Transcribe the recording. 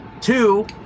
Two